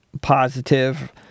positive